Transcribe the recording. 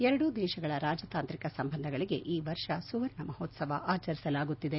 ಎರಡೂ ದೇಶಗಳ ರಾಜತಾಂತ್ರಿಕ ಸಂಬಂಧಗಳಿಗೆ ಈ ವರ್ಷ ಸುವರ್ಣ ಮಹೋತ್ಸವ ಆಚರಿಸಲಾಗುತ್ತಿದೆ